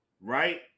right